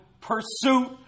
pursuit